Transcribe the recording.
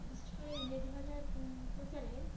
বিশেষ করে ইংরেজি ভাষার প্রচারে